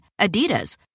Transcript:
Adidas